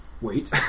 Wait